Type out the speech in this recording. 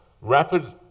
rapid